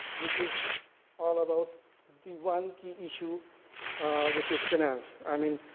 which is all about the one key issue which is finance. i mean,